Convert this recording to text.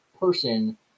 person